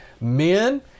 men